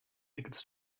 tickets